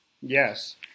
Yes